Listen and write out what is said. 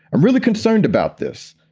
i'm really concerned about this.